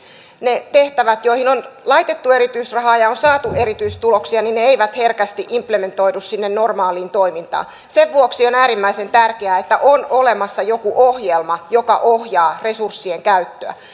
ne tehtävät joihin on laitettu erityisrahaa ja joissa on saatu erityistuloksia eivät herkästi implementoidu sinne normaaliin toimintaan sen vuoksi on äärimmäisen tärkeää että on olemassa joku ohjelma joka ohjaa resurssien käyttöä